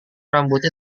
rambutnya